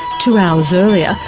two hours earlier,